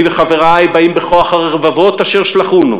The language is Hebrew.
אני וחברי באים בכוח הרבבות אשר שלחונו